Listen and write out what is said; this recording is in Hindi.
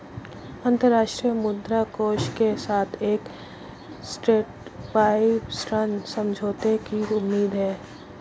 अंतर्राष्ट्रीय मुद्रा कोष के साथ एक स्टैंडबाय ऋण समझौते की उम्मीद है